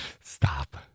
stop